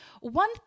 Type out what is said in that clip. one